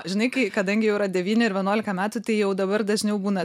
žinai kai kadangi jau yra devyni ir vienuolika metų tai jau dabar dažniau būna